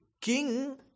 king